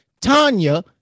Tanya